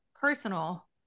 Personal